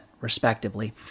respectively